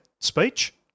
speech